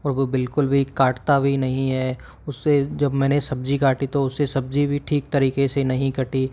और वो बिलकुल भी काटता भी नहीं है उससे जब मैंने सब्ज़ी काटी तो उससे सब्ज़ी भी ठीक तरीके से नहीं कटी